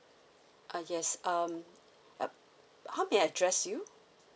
uh yes um uh how may I address you